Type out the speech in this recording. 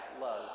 love